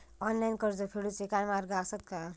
Online कर्ज फेडूचे काय मार्ग आसत काय?